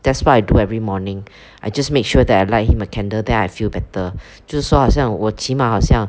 that's what I do every morning I just make sure that I light him a candle then I feel better 就是说好像我起码好像